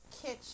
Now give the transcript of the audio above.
kitchen